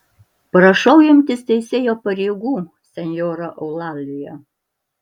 prašau imtis teisėjo pareigų senjora eulalija